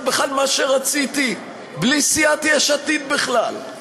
בכלל מה שרציתי בלי סיעת יש עתיד בכלל.